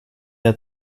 jag